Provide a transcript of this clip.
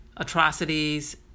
atrocities